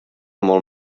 molt